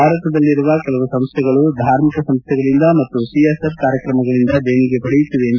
ಭಾರತದಲ್ಲಿರುವ ಕೆಲವು ಸಂಸ್ಥೆಗಳು ಧಾರ್ಮಿಕ ಸಂಸ್ಥೆಗಳಿಂದ ಮತ್ತು ಸಿಎಎಸ್ಆರ್ ಕಾರ್ಯಕ್ರಮಗಳಿಂದ ದೇಣಿಗೆ ಪಡೆಯುತ್ತಿವೆ ಎಂದು ಸಚಿವರು ಹೇಳಿದರು